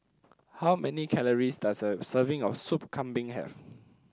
how many calories does a serving of Sup Kambing have